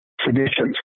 traditions